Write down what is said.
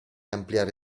ampliare